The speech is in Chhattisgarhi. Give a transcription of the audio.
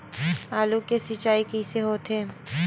आलू के सिंचाई कइसे होथे?